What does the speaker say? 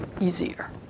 easier